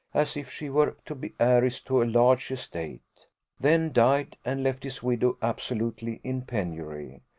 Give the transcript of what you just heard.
as if she were to be heiress to a large estate then died, and left his widow absolutely in penury.